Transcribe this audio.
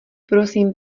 prosím